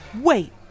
Wait